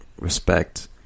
respect